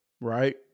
right